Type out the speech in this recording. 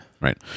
right